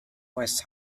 was